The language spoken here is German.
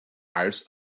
als